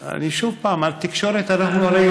שוב, התקשורת, אנחנו הרי יודעים.